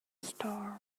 storm